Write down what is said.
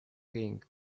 king